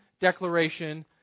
declaration